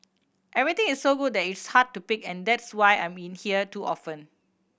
everything is so good that it's hard to pick and that's why I'm in here too often